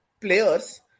players